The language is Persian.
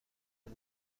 طول